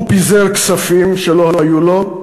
הוא פיזר כספים שלא היו לו,